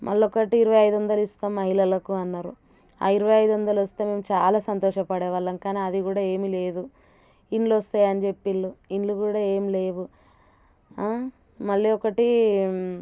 మళ్ళొకటి ఇరువై ఐదొందలు ఇస్తాం మహిళలకు అన్నారు ఆ ఇరువై ఐదొందలు వేస్తే మేము చాలా సంతోషపడే వాళ్ళం కానీ అది కూడా ఏమీ లేదు ఇండ్లు వస్తాయని చెప్పిల్లు ఇండ్లు కూడా ఏం లేవు మళ్ళీ ఒకటి